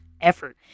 effort